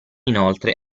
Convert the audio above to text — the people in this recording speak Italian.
inoltre